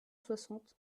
soixante